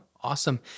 awesome